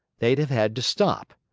they'd have had to stop.